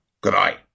Goodbye